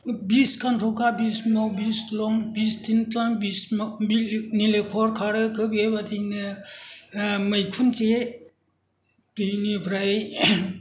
बिस गान्थ'खा बिस नं बिस लं बिस थिंख्लां बिस नारेंखल खारो बेबायदिनो मैखुन जे बेनिफ्राय